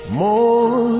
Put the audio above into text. more